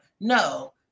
No